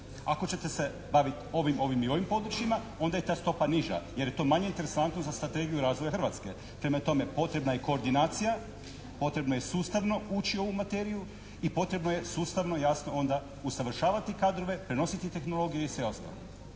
Ako ćete se baviti ovim, ovim i ovim područjima onda je ta stopa niža jer je to manje interesantno za strategiju razvoja Hrvatske. Prema tome, potrebna je koordinacija, potrebno je sustavno ući u materiju i potrebno je sustavno jasno onda usavršavati kadrove, prenositi tehnologije i sve